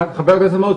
חבר הכנסת מעוז,